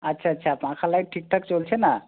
আচ্ছা আচ্ছা পাখা লাইট ঠিকঠাক চলছে না